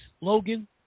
Logan